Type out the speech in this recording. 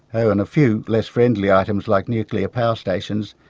oh, and a few less friendly items like nuclear power stations,